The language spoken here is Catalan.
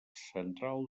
central